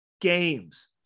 games